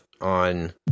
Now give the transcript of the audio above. on